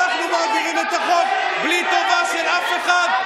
אנחנו מעבירים את החוק למען חיילי צה"ל בלי טובה של אף אחד.